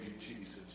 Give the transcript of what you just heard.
Jesus